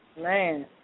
Man